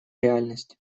реальность